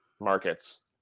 markets